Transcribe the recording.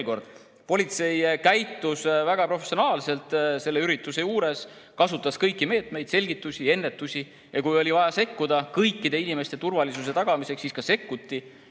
kõikide inimeste turvalisuse tagamiseks, siis ka sekkuti.